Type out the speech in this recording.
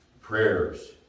prayers